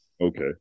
okay